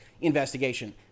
investigation